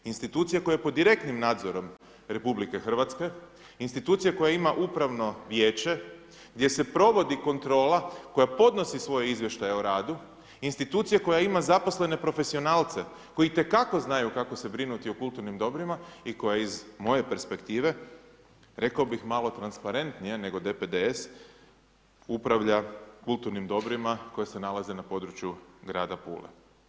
Institucije koja je pod direktnim nadzorom RH, institucije koja ima upravno vijeće gdje se provodi kontrola koja podnosi svoje izvještaje o radu, institucije koja ima zaposlene profesionalce koji itekako znaju kako se brinuti o kulturnim dobrima i koja iz moje perspektive, rekao bih malo transparentnije nego DPDS upravlja kulturnim dobrima koja se nalaze na području grada Pule.